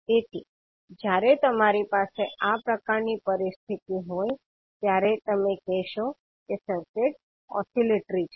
તેથી જ્યારે તમારી પાસે આ પ્રકારની પરિસ્થિતિ હોય ત્યારે તમે કહેશો કે સર્કિટ ઓસીલેટરી છે